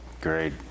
Great